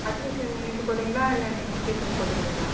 admission இன்னைக்கி போடுறிங்களா இல்லை நெக்ஸ்ட் வீக் வந்து போட்டுக்கிறிங்களா